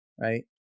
right